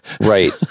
right